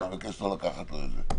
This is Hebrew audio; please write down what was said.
אני מבקש לא לקחת לו את זה.